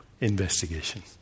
investigation